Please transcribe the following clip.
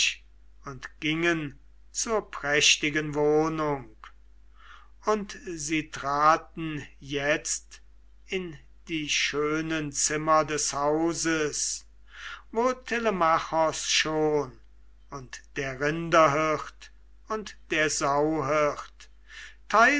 und gingen zur prächtigen wohnung und sie traten jetzt in die schönen zimmer des hauses wo telemachos schon und der rinderhirt und der sauhirt